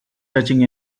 searching